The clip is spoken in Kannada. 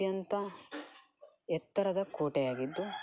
ಅತ್ಯಂತ ಎತ್ತರದ ಕೋಟೆಯಾಗಿದ್ದು